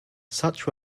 such